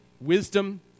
wisdom